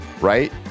right